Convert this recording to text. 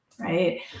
Right